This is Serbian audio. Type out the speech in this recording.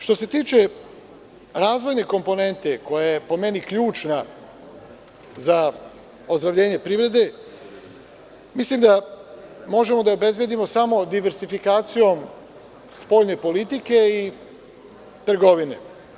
Što se tiče razvojne komponente, koja je po meni ključna za ozdravljenje privrede, mislim da možemo da je obezbedimo samo diversifikacijom spoljne politike i trgovine.